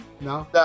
No